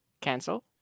Cancel